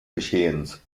geschehens